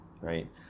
right